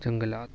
جنگلات